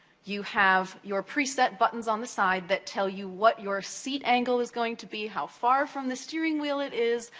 you have your preset buttons on the side that tell you wat your seat angle is going to be, how far from the steering wheel it is,